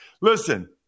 Listen